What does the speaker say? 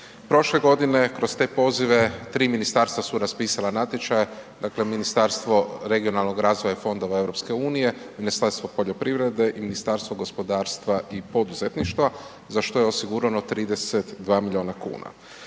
Prošle godine kroz te pozive 3 ministarstva su raspisala natječaja, dakle Ministarstvo regionalnog razvoja i fondova EU-a, Ministarstvo poljoprivrede i Ministarstvo gospodarstva i poduzetništva za što je osigurano 32 milijuna kuna.